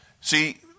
see